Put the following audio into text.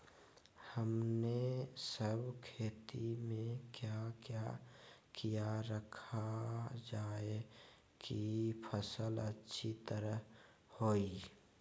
हमने सब खेती में क्या क्या किया रखा जाए की फसल अच्छी तरह होई?